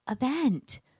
event